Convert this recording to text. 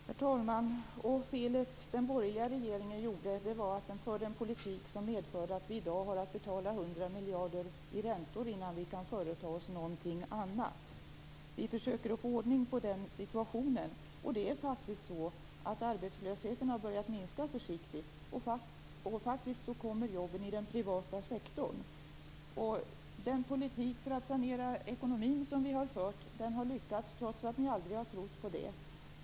Herr talman! Felet den borgerliga regeringen gjorde var att den förde en politik som medförde att vi i dag har att betala 100 miljarder i räntor innan vi kan företa oss någonting annat. Vi försöker att få ordning på den situationen. Det är faktiskt så, att arbetslösheten försiktigt har börjat minska. Jobben kommer i den privata sektorn. Den politik för att sanera ekonomin som vi har fört har lyckats, trots att ni aldrig har trott på den.